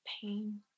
pain